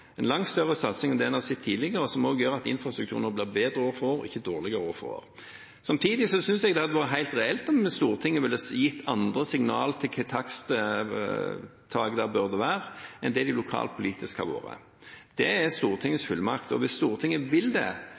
en langt større satsing enn det en har sett tidligere, som også gjør at infrastrukturen nå blir bedre år for år og ikke dårligere år for år. Samtidig synes jeg det hadde vært helt reelt om Stortinget ville gitt andre signal til hvilket taksttak det burde være, enn det det lokalpolitisk har vært. Det er Stortingets fullmakt, og hvis Stortinget vil det, er det lov å endre på det.